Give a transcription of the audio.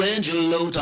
Angelo